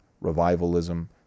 revivalism